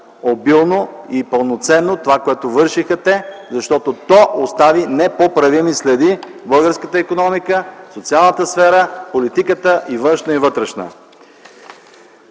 обилно и пълноценно това, което вършиха те, защото то остави непоправими следи в българската икономика, в социалната сфера, в политиката – и външна, и вътрешна.